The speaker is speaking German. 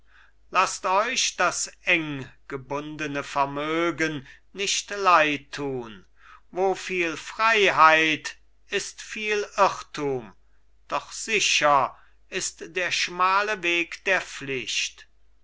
laßt euch das enggebundene vermögen nicht leid tun wo viel freiheit ist viel irrtum doch sicher ist der schmale weg der pflicht